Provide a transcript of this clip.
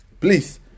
please